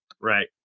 Right